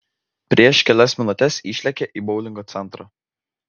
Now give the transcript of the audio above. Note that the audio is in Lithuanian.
prieš kelias minutes išlėkė į boulingo centrą